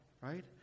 right